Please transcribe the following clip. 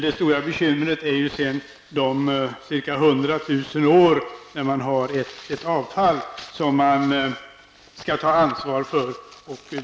Det stora bekymret är sedan de cirka hundra tusen år under vilka man har ett avfall som man skall ta ansvar för.